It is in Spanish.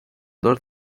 dos